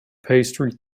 pastry